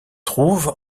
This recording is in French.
trouve